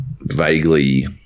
vaguely